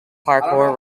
parkour